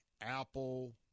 Apple